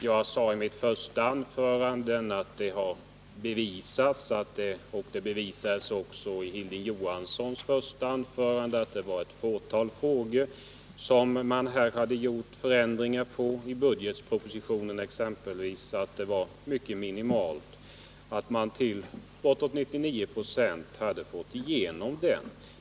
Jag sade i mitt första anförande att det har bevisats — det bevisades också genom Hilding Johanssons första anförande — att det var i ett fåtal frågor som det hade gjorts förändringar, exempelvis i budgetpropositionen, som man ändå bortåt 99 24 fått igenom.